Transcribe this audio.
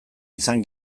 izan